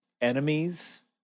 enemies